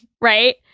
Right